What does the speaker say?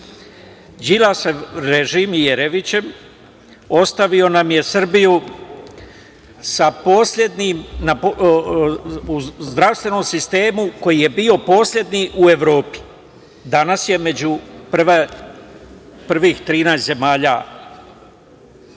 i Jeremićev režim ostavio nam je Srbiju u zdravstvenom sistemu koji je bio poslednji u Evropi, a danas je među prvih 13 zemalja